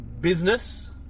business